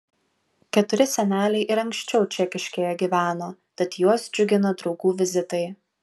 keturi seneliai ir anksčiau čekiškėje gyveno tad juos džiugina draugų vizitai